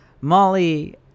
molly